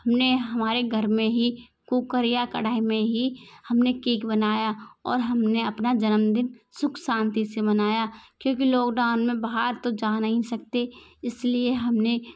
हम ने हमारे घर में ही कुकर या कढ़ाई में ही हम ने केक बनाया और हम ने अपना जन्मदिन सुख शांति से मनाया क्योंकि लॉकडाउन में बाहर तो जा नहीं सकते इस लिए हम ने